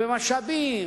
במשאבים